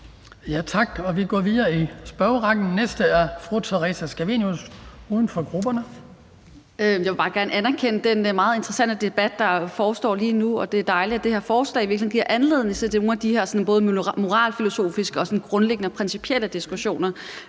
Tak, og vi går videre i spørgerrækken. Den næste er fru Theresa Scavenius, uden for grupperne. Kl. 15:56 Theresa Scavenius (UFG): Jeg vil bare gerne anerkende den meget interessante debat, der foregår lige nu. Det er dejligt, at det her forslag ligesom giver anledning til de her både moralfilosofiske og sådan grundlæggende principielle diskussioner,